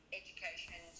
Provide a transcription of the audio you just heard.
education